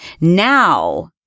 now